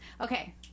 Okay